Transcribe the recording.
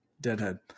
Deadhead